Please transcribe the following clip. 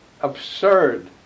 Absurd